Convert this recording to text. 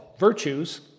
virtues